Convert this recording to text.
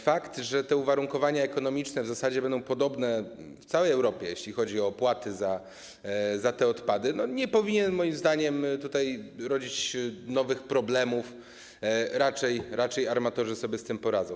Fakt, że te uwarunkowania ekonomiczne w zasadzie będą podobne w całej Europie, jeśli chodzi o opłaty za te odpady, nie powinien moim zdaniem tutaj rodzić nowych problemów, raczej armatorzy sobie z tym poradzą.